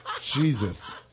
Jesus